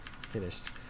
finished